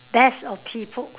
best of people